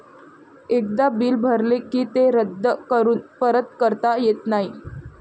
एकदा बिल भरले की ते रद्द करून परत करता येत नाही